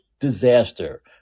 disaster